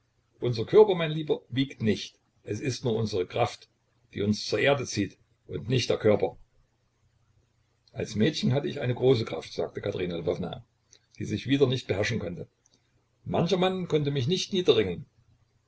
unser körper mein lieber wiegt nicht es ist nur unsere kraft die uns zur erde zieht und nicht der körper als mädchen hatte ich eine große kraft sagte katerina lwowna die sich wieder nicht beherrschen konnte mancher mann konnte mich nicht niederringen